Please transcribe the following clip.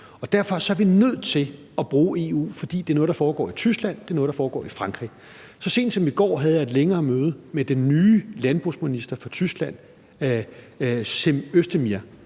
Derfor er vi nødt til at bruge EU, fordi det er noget, der foregår i Tyskland, og det er noget, der foregår i Frankrig. Så sent som i går havde jeg et længere møde med den nye landbrugsminister fra Tyskland, Cem Özdemir,